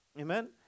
Amen